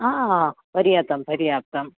हा पर्याप्तं पर्याप्तम्